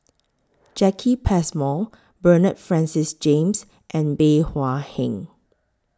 Jacki Passmore Bernard Francis James and Bey Hua Heng